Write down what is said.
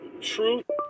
Truth